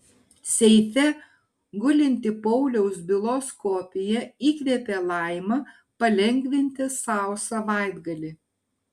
seife gulinti pauliaus bylos kopija įkvepia laimą palengvinti sau savaitgalį